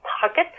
pockets